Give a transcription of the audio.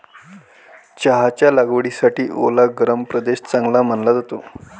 चहाच्या लागवडीसाठी ओला गरम प्रदेश चांगला मानला जातो